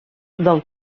del